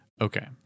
Okay